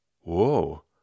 whoa